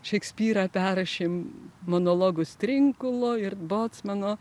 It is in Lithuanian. šekspyrą perrašėm monologus trinkulo ir bocmano